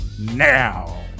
now